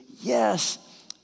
Yes